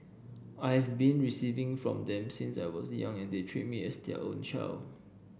I have been receiving from them since I was young and they treat me as their own child